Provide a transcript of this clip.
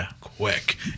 quick